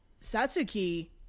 Satsuki